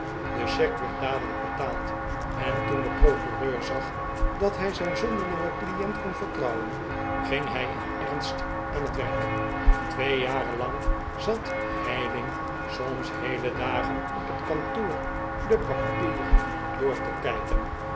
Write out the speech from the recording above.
de cheque werd dadelijk betaald en toen de procureur zag dat hij zijn zonderlingen client kon vertrouwen ging hij in ernst aan het werk twee jaren lang zat heyling soms heele dagen op het kantoor de papieren door te kijken